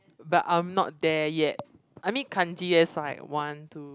but I'm not there yet I mean Kanji as like one two